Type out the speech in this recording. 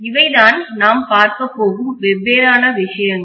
இவைதான் நாம் பார்க்க போகும் வெவ்வேறான விஷயங்கள்